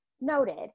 noted